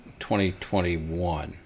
2021